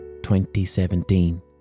2017